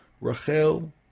Rachel